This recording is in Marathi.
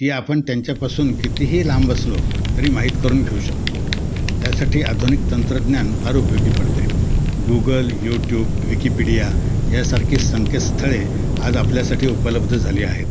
ती आपण त्यांच्यापासून कितीही लांब बसलो तरी माहीत करून घेऊ शकतो त्यासाठी आधुनिक तंत्रज्ञान फार उपयोगी पडते गुगल यूट्यूब विकिपीडिया यासारखे संकेतस्थळे आज आपल्यासाठी उपलब्ध झाली आहेत